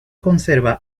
conserva